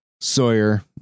Sawyer